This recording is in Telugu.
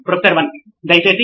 ప్రొఫెసర్ 1 దయచేసి